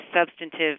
substantive